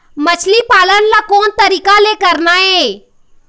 मछली पालन ला कोन तरीका ले करना ये?